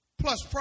plus